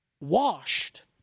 washed